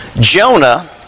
Jonah